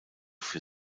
für